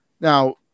now